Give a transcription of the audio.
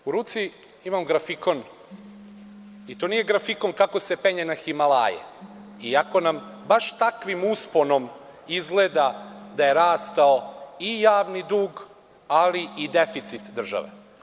U ruci imam grafikon i to nije grafikon kako se penje na Himalaje, iako nam baš takvim usponom izgleda da je rastao i javni dug, ali i deficit države.